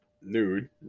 nude